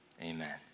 amen